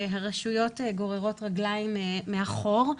הרשויות גוררות רגליים מאחור.